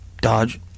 Dodge